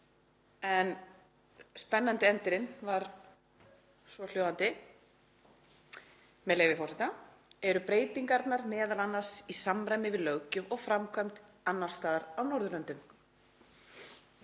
Spennandi endirinn var svohljóðandi, með leyfi forseta: „Eru breytingarnar m.a. í samræmi við löggjöf og framkvæmd annars staðar á Norðurlöndum.“